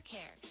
Care